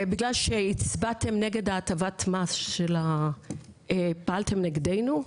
בגלל שהצבעתם נגד הטבת המס, פעלתם נגדנו.